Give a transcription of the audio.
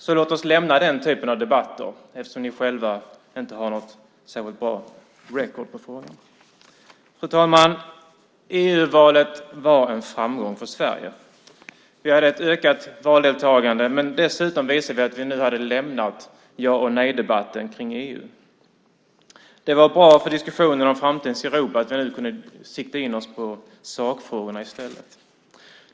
Så låt oss lämna den typen av debatt! Ni har ju själva inte något särskilt bra record i frågan. Fru talman! EU-valet var en framgång för Sverige. Vi hade ett ökat valdeltagande. Dessutom visade vi att vi nu hade lämnat ja och nejdebatten kring EU. Det var bra för diskussionen om framtidens Europa att vi nu kunde sikta in oss på sakfrågorna i stället.